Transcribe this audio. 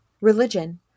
Religion